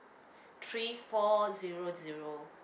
three four zero zero